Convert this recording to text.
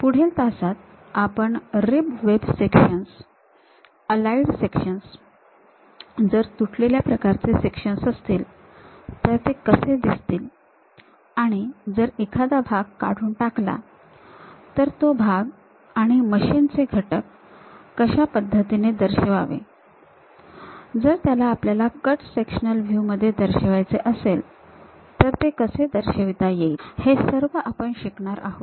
पुढील तासात आपण rib web sections aligned sections जर तुटलेल्या प्रकारचे सेक्शन्स असतील तर ते कसे दिसतील आणि जर एखादा भाग काढून टाकला तर तो भाग आणि मशीन चे घटक कशा पद्धतीने दर्शवावे जर त्याला आपल्याला कट सेक्शनल व्ह्यू मध्ये दर्शवायचे असेल तर ते कसे दर्शविता येईल हे सर्व आपण शिकणार आहोत